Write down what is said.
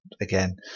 again